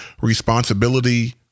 responsibility